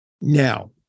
Now